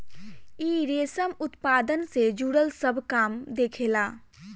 इ रेशम उत्पादन से जुड़ल सब काम देखेला